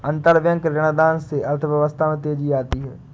अंतरबैंक ऋणदान से अर्थव्यवस्था में तेजी आती है